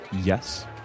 yes